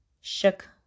shook